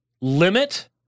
limit